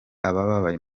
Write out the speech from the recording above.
abababaye